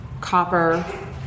copper